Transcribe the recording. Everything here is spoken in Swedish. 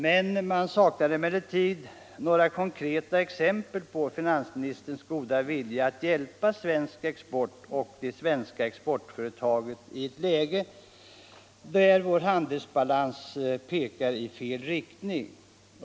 Man saknar emellertid några konkreta exempel på finansministerns goda vilja att hjälpa svensk export och de svenska exportföretagen i ett läge där vår handelsbalans pekar i fel riktning.